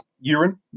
urine